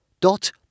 dot